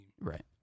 Right